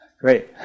Great